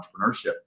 Entrepreneurship